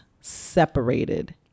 separated